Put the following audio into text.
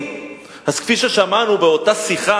השכר